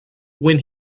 when